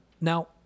Now